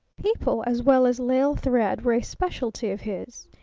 people as well as lisle thread were a specialty of his.